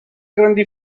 grandi